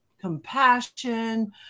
compassion